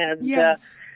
Yes